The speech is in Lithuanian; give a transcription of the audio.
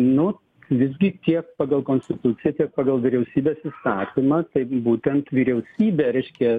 nu visgi tiek pagal konstituciją tiek pagal vyriausybės įstatymą taigi būtent vyriausybė reiškia